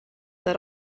that